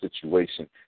situation